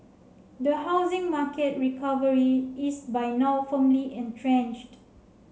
the housing market recovery is by now firmly entrenched